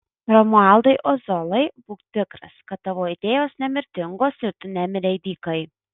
romualdai ozolai būk tikras kad tavo idėjos nemirtingos ir tu nemirei dykai